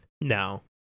No